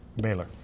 Baylor